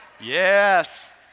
Yes